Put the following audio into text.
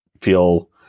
feel